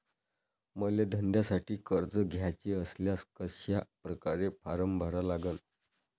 मले धंद्यासाठी कर्ज घ्याचे असल्यास कशा परकारे फारम भरा लागन?